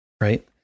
right